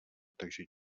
takže